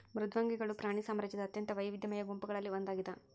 ಮೃದ್ವಂಗಿಗಳು ಪ್ರಾಣಿ ಸಾಮ್ರಾಜ್ಯದ ಅತ್ಯಂತ ವೈವಿಧ್ಯಮಯ ಗುಂಪುಗಳಲ್ಲಿ ಒಂದಾಗಿದ